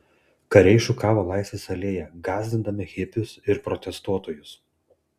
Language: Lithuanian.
kariai šukavo laisvės alėją gąsdindami hipius ir protestuotojus